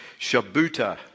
Shabuta